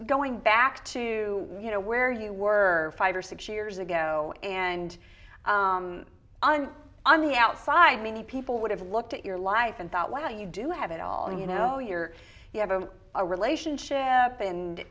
going back to you know where you were five or six years ago and on the outside many people would have looked at your life and thought wow you do have it all you know you're you have a relationship and